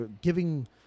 giving